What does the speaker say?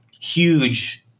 huge